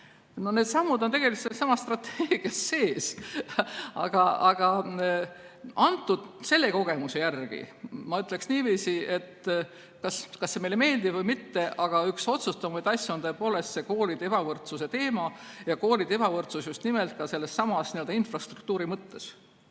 Need sammud on tegelikult sellessamas strateegias sees. Aga selle kogemuse järgi ma ütleksin niiviisi, et kas see meile meeldib või mitte, aga üks otsustavamaid asju on tõepoolest koolide ebavõrdsuse teema ja koolide ebavõrdsus just nimelt sellessamas infrastruktuuri mõttes.